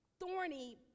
thorny